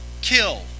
Kill